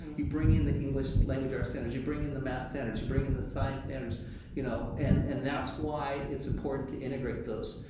you bring in the english, language arts standards, you bring in the math standards, you bring in the science standards you know and and that's why it's important to integrate those.